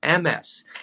Ms